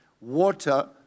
water